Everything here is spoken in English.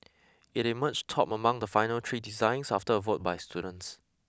it emerged top among the final three designs after a vote by students